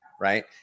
right